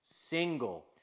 single